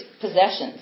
possessions